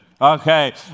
Okay